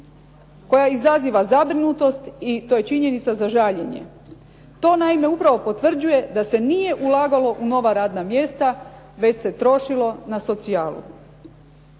koja izaziva zabrinutost i to je činjenica za žaljenje. To naime upravo potvrđuje da se nije ulagalo u nova radna mjesta već se trošilo na socijalu.